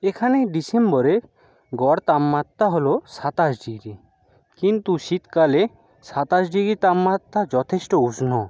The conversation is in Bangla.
এখানেই ডিসেম্বরে গড় তাপমাত্রা হলো সাতাশ ডিগ্রি কিন্তু শীতকালে সাতাশ ডিগ্রি তাপমাত্রা যথেষ্ট উষ্ণ